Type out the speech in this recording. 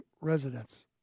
residents